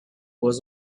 was